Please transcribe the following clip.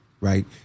right